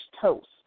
toast